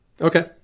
Okay